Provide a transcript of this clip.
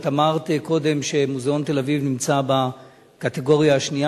את אמרת קודם שמוזיאון תל-אביב נמצא בקטגוריה השנייה,